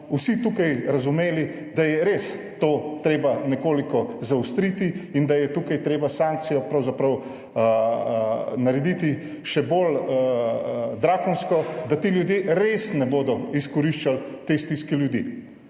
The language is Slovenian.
vsi tukaj razumeli, da je res to treba nekoliko zaostriti in da je tukaj treba sankcijo pravzaprav narediti še bolj drakonsko, da ti ljudje res ne bodo izkoriščali te stiske ljudi.